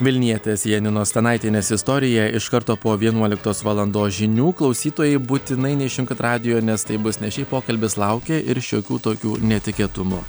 vilnietės janinos stanaitienės istorija iš karto po vienuoliktos valandos žinių klausytojai būtinai neišjunkit radijo nes tai bus ne šiaip pokalbis laukia ir šiokių tokių netikėtumų